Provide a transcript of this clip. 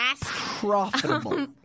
profitable